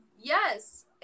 yes